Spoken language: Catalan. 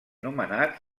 nomenat